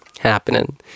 happening